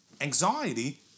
anxiety